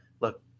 Look